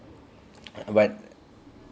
but